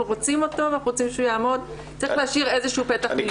רוצים אותו ורוצים שהוא יעמוד איזשהו פתח מילוט.